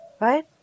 right